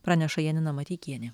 praneša janina mateikienė